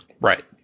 Right